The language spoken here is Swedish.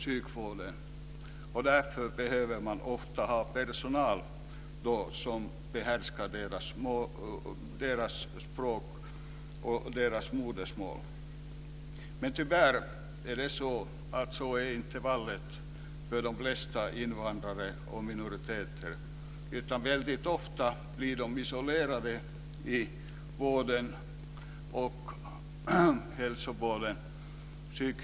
Man har därför behov av personal som behärskar deras modersmål. Tyvärr kan man många gånger inte klara den uppgiften, utan de som tillhör invandrarminoriteter blir ofta isolerade i hälso och sjukvården.